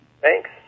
Thanks